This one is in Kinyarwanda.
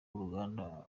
uruganda